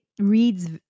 reads